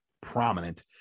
prominent